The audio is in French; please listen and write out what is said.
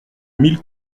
mille